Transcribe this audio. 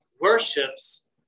worships